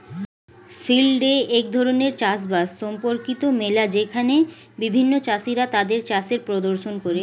field day এক ধরণের চাষ বাস সম্পর্কিত মেলা যেখানে বিভিন্ন চাষীরা তাদের চাষের প্রদর্শন করে